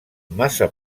massa